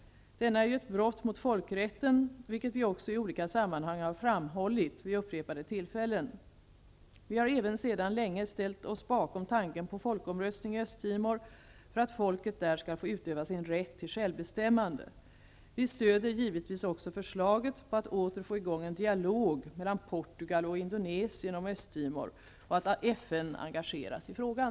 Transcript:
Denna är ju ett brott mot folkrätten, vilket vi också i olika sammanhang har framhållit vid upprepade tillfällen. Vi har även sedan länge ställt oss bakom tanken på en folkomröstning i Östtimor för att folket där skall få utöva sin rätt till självbestämmande. Vi stöder givetvis också förslaget om att åter få i gång en dialog mellan Portugal och Indonesien om Östtimor och att FN engageras i frågan.